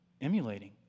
emulating